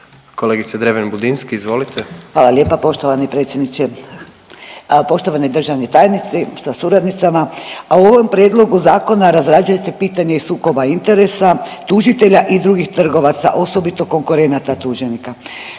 izvolite. **Dreven Budinski, Nadica (HDZ)** Hvala lijepa poštovani predsjedniče. Poštovani državni tajniče sa suradnicama, a u ovom prijedlogu zakona razrađuje se pitanje i sukoba interesa tužitelja i drugih trgovaca osobito konkurenata tuženika.